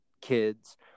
kids